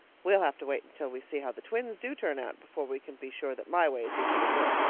we'll have to wait until we see how the twins do turn out before we can be sure that my way is equally good.